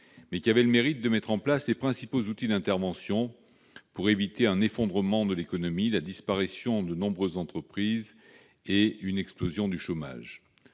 mais qui avait le mérite de mettre en place les principaux outils d'intervention permettant d'éviter un effondrement de l'économie, la disparition de nombreuses entreprises et une explosion du chômage.